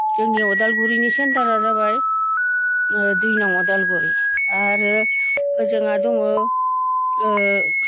जोंनि अदालगुरिनि सेन्टारा जाबाय ओ दुइ नं अदालगुरि आरो ओजोङा दङो